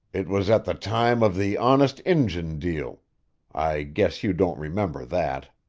it was at the time of the honest injun deal i guess you don't remember that.